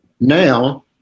Now